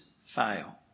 fail